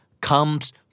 comes